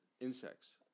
insects